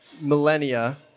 millennia